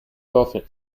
laughing